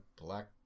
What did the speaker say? black